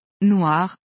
noir